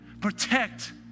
Protect